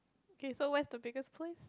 okay so where's the biggest place